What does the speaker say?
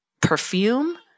perfume